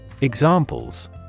Examples